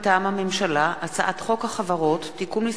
מטעם הממשלה: הצעת חוק החברות (תיקון מס'